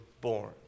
born